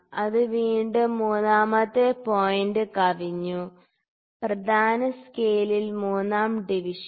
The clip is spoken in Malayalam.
അത് വീണ്ടും മൂന്നാമത്തെ പോയിന്റ് കവിഞ്ഞു പ്രധാന സ്കെയിലിൽ മൂന്നാം ഡിവിഷൻ